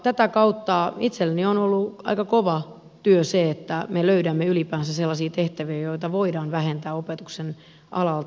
tätä kautta itselleni on ollut aika kova työ se että me löydämme ylipäänsä sellaisia tehtäviä joita voidaan vähentää opetuksen alalta